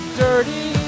dirty